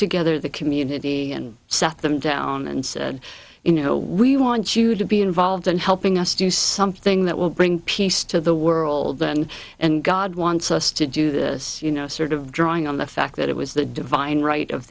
together the community and sat them down and said you know we want you to be involved in helping us do something that will bring peace to the world then and god wants us to do this you know sort of drawing on the fact that it was the divine right of